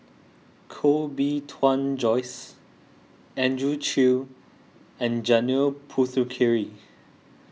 Koh Bee Tuan Joyce Andrew Chew and Janil Puthucheary